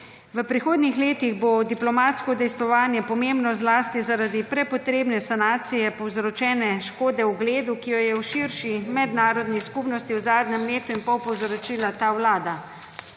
V prihodnjih letih bo diplomatsko udejstvovanje pomembno zlasti zaradi prepotrebne sanacije povzročene škode ugledu, ki jo je v širši mednarodni skupnosti v zadnjem letu in pol povzročila ta vlada.